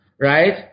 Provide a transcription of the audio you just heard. right